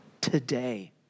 today